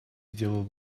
сделал